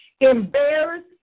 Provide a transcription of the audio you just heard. embarrassed